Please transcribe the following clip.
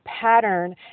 pattern